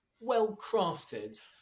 well-crafted